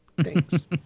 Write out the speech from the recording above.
Thanks